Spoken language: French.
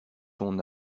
son